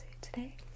today